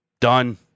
Done